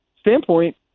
standpoint